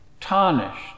tarnished